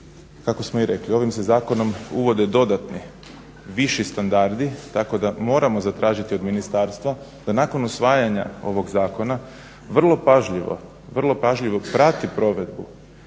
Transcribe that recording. kako smo i rekli, ovim se zakonom uvode dodatni, viši standardi tako da moramo zatražiti od ministarstva da nakon usvajanja ovog zakona vrlo pažljivo, vrlo pažljivo prati provedbu